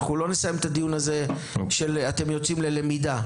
אנחנו לא נסיים את הדיון הזה בכך שאתם יוצאים ללמידה.